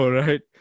right